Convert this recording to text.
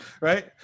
right